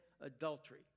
adultery